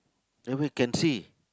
then we can see